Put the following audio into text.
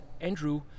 Andrew